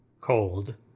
cold